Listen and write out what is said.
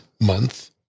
month